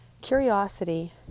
curiosity